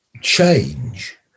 change